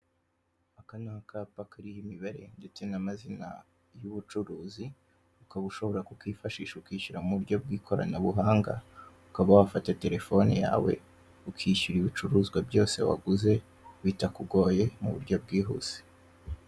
Aka ni akapa kariho imibare ndetse n'amazina y'ubucuruzi, ukaba ushobora kukifashisha ukishyura mu buryo bw'ikoranabuhanga; ukaba wafata telephone yawe ukishyura ibicururizwa byose waguze bitakugoye mu buryo bwihuse.